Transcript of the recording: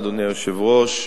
אדוני היושב-ראש,